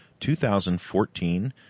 2014